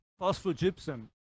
phosphogypsum